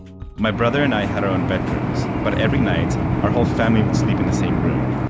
my brother and i had our own bedrooms, but every night, our whole family would sleep in the same room.